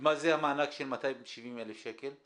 ומה זה המענק של 270,000 שקל?